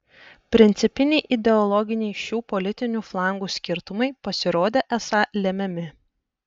principiniai ideologiniai šių politinių flangų skirtumai pasirodė esą lemiami